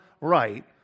right